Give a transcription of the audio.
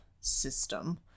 system